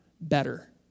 better